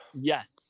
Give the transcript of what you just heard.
Yes